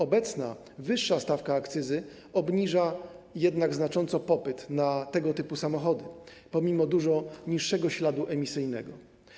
Obecna wyższa stawka akcyzy obniża jednak znacząco popyt na tego typu samochody pomimo dużo niższego śladu emisyjnego.